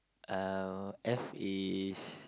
um F is